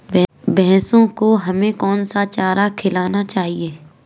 भैंसों को हमें कौन सा चारा खिलाना चाहिए?